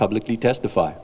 publicly testify